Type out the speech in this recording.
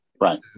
Right